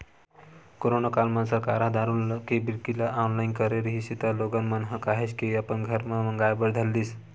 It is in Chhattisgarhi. कोरोना काल म सरकार ह दारू के बिक्री ल ऑनलाइन करे रिहिस त लोगन मन ह काहेच के अपन घर म मंगाय बर धर लिस